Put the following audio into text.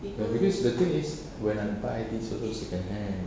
ya because the thing is when I buy it's also second hand